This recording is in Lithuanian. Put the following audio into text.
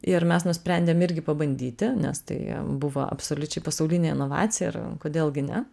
ir mes nusprendėm irgi pabandyti nes tai buvo absoliučiai pasaulinė inovacija ir kodėl gi ne